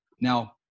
Now